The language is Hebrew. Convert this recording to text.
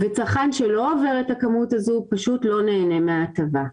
צרכן שלא עובר את הכמות הזאת פשוט לא נהנה מההטבה.